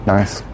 Nice